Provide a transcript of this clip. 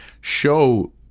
show